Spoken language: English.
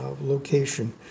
location